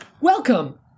Welcome